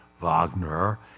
Wagner